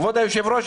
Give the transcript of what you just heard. כבוד היושב-ראש,